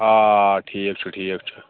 آ ٹھیٖک چھُ ٹھیٖک چھُ